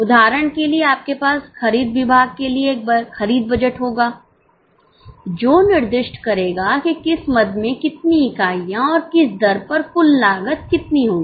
उदाहरण के लिए आपके पास खरीद विभाग के लिए एक खरीद बजट होगा जो निर्दिष्ट करेगा कि किस मद की कितनी इकाइयाँ और किस दर पर कुल लागत कितनी होगी